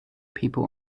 people